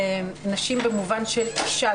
במובן של אישה,